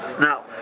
now